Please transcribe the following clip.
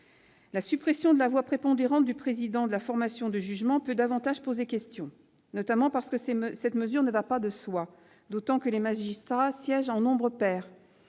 La suppression de la voix prépondérante du président de la formation de jugement peut davantage poser question, notamment parce que cette mesure ne va pas de soi, d'autant que les magistrats siègent en nombre pair.